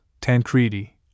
Tancredi